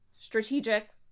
strategic